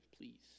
please